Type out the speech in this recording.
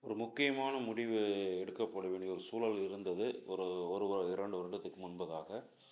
ஒரு முக்கியமான முடிவு எடுக்கப்பட வேண்டிய ஒரு சூழல் இருந்தது ஒரு ஒரு வ இரண்டு வருடத்துக்கு முன்பதாக